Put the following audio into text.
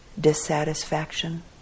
dissatisfaction